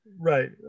right